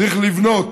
צריך לבנות,